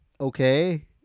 okay